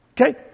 Okay